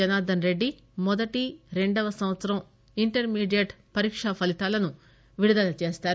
జనార్దన్ రెడ్డి మొదటి రెండో సంవత్సరం ఇంటర్మీ డియట్ పరీకా ఫలితాలను విడుదల చేస్తారు